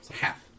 half